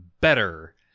better